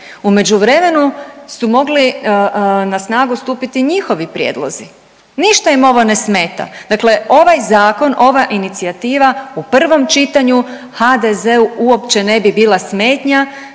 U međuvremenu su mogli na snagu stupiti i njihovi prijedlozi, ništa im ovo ne smeta. Dakle, ovaj zakon, ova inicijativa u prvom čitanju HDZ-u uopće ne bi bila smetnja,